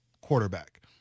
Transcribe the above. quarterback